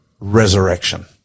resurrection